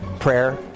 prayer